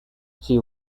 she